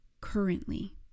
currently